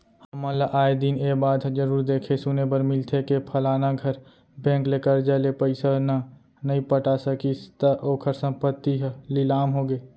हमन ल आय दिन ए बात ह जरुर देखे सुने बर मिलथे के फलाना घर बेंक ले करजा ले पइसा न नइ पटा सकिस त ओखर संपत्ति ह लिलाम होगे